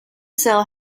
sell